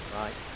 right